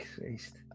Christ